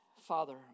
Father